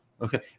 Okay